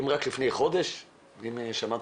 אם רק לפני חודש זה התחיל,